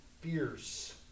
fierce